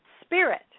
spirit